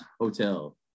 hotel